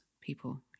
people